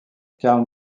karl